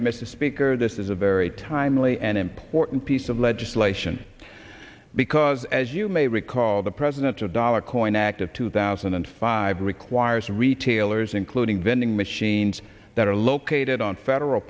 mr speaker this is a very timely and important piece of legislation because as you may recall the president of dollar coins act of two thousand and five requires retailers including vending machines that are located on federal